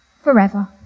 forever